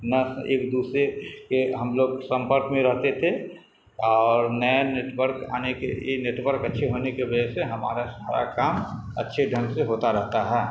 نہ ایک دوسرے کے ہم لوگ سمپرک میں رہتے تھے اور نئے نیٹ ورک آنے کے یہ نیٹ ورک اچھے ہونے کی وجہ سے ہمارا سارا کام اچھے ڈھنگ سے ہوتا رہتا ہے